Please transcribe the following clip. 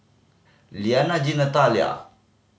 Lianna Jean Nathalia